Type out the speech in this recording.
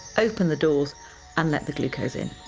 open the doors and let the glucose in.